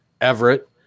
Everett